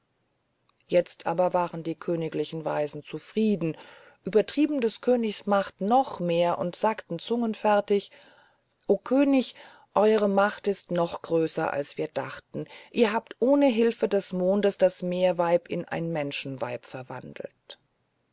jetzt aber waren die königlichen weisen zufrieden übertrieben des königs macht noch mehr und sagten zungenfertig o könig eure macht ist noch größer als wir dachten ihr habt ohne hilfe des mondes das meerweib in ein menschenweib verwandelt